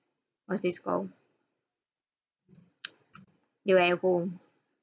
what's this called they were at home